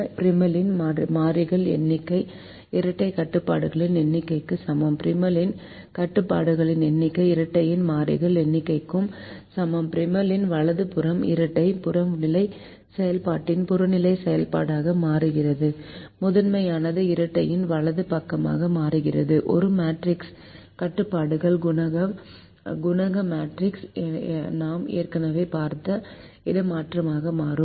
ப்ரிமலின் மாறிகள் எண்ணிக்கை இரட்டைக் கட்டுப்பாடுகளின் எண்ணிக்கைக்கு சமம் ப்ரைமலின் கட்டுப்பாடுகளின் எண்ணிக்கை இரட்டையின் மாறிகள் எண்ணிக்கைக்கு சமம் ப்ரைமலின் வலது புறம் இரட்டை புறநிலை செயல்பாட்டின் புறநிலை செயல்பாடாக மாறுகிறது முதன்மையானது இரட்டையின் வலது பக்கமாக மாறுகிறது ஒரு மேட்ரிக்ஸ் கட்டுப்பாடுகள் குணக மேட்ரிக்ஸ் நாம் ஏற்கனவே பார்த்த இடமாற்றமாக மாறும்